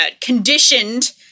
conditioned